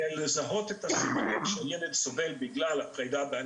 כדי לזהות מתי ילד סובל בגלל הפרידה בין